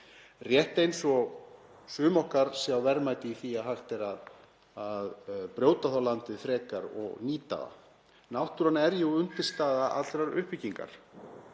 rétt eins og sum okkar sjá verðmæti í því að hægt er að brjóta landið frekar og nýta það. Náttúran er jú undirstaða allrar uppbyggingar,